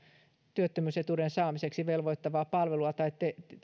työttömyysetuuden saamiseksi velvoittavaa palvelua tai